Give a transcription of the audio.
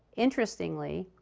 interestingly,